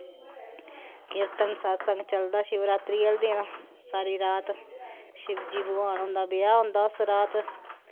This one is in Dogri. कीर्तन सत्संग चलदा शिवरात्री आह्ले दिन सारी रात शिवजी भगवान हुंदां ब्याह् होंदा उस रात